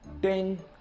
Ding